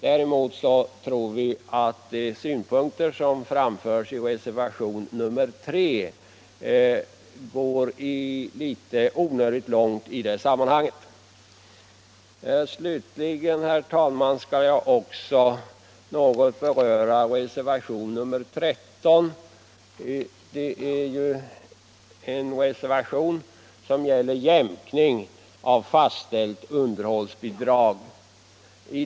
Däremot tror vi att de synpunkter som framförs i reservationen 3 går onödigt långt i det sammanhanget. Slutligen, herr talman, skall jag också något beröra reservationen 13, som gäller jämkning av fastställt underhållsbidrag.